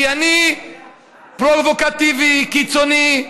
כי אני פרובוקטיבי, קיצוני.